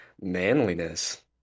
manliness